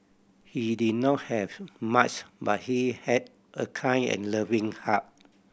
he did not have much but he had a kind and loving heart